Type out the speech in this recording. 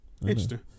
Interesting